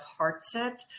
heartset